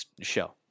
show